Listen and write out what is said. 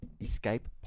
Escape